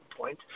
point